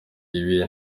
ibi